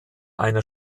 einer